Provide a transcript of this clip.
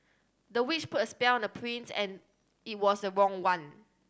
the witch put a spell on the prince and it was the wrong one